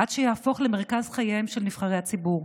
עד שיהפכו למרכז חייהם של נבחרי הציבור,